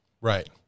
Right